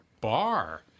bar